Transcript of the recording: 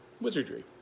wizardry